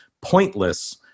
pointless